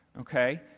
okay